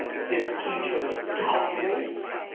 this teacher calculates,